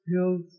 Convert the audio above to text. hills